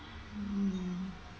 mm